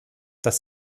das